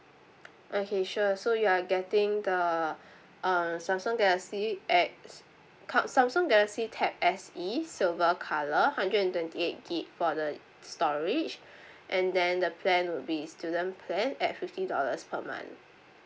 okay sure so you are getting the um samsung galaxy at cut samsung galaxy tab S E silver colour hundred and twenty eight gig for the storage and then the plan will be student plan at fifty dollars per month